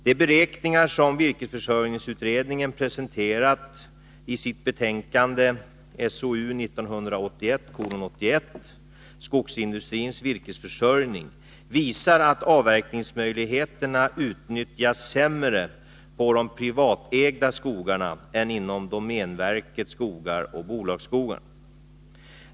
De beräkningar som virkesförsörjningsutredningen presenterat i sitt betänkande Skogsindustrins virkesförsörjning visar att avverkningsmöjligheterna utnyttjas sämre när det gäller de privatägda skogarna än inom domänverkets skogar och bolagsskogarna.